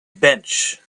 bench